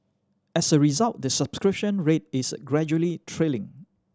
as a result the subscription rate is gradually trailing